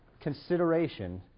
consideration